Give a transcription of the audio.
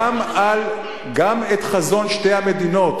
גם באשר לחזון שתי המדינות,